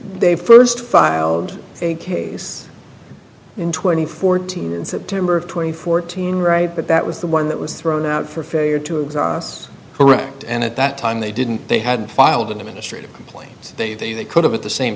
they first filed a case in twenty fourteen in september of two thousand and fourteen right but that was the one that was thrown out for failure to exhaust correct and at that time they didn't they had filed in the ministry of complaints they they they could have at the same